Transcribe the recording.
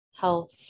health